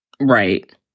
right